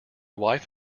wife